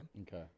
Okay